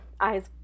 eyes